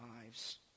lives